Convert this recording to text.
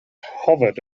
hovered